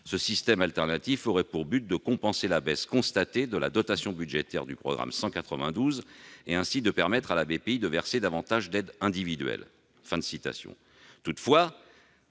Ce système alternatif aurait pour but de compenser la baisse constatée de la dotation budgétaire du programme 192 et ainsi de permettre à la Bpi de verser davantage d'aides individuelles. »